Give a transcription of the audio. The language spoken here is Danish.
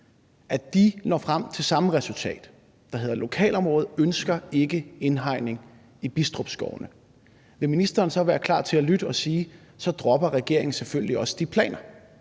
at de når frem til samme resultat, der hedder, at lokalområdet ikke ønsker indhegning i Bidstrup Skovene, vil ministeren så være klar til at lytte og sige, at regeringen så selvfølgelig også dropper